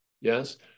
yes